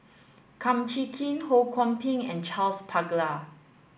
Kum Chee Kin Ho Kwon Ping and Charles Paglar